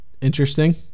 interesting